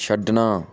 ਛੱਡਣਾ